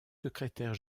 secrétaire